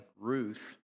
Ruth